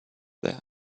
there